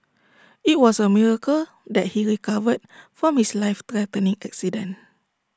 IT was A miracle that he recovered from his life threatening accident